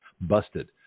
Busted